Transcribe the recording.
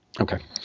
Okay